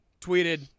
tweeted